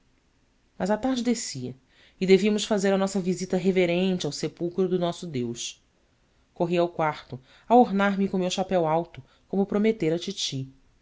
mas a tarde descia e devíamos fazer a nossa visita reverente ao sepulcro do nosso deus corri ao quarto a ornar me com o meu chapéu alto como prometera à titi